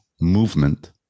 movement